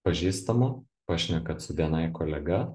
pažįstamu pašnekat su bni kolega